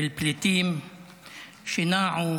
של פליטים שנעו,